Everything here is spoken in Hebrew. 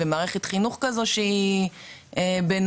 ומערכת חינוך כזו שהיא בינונית,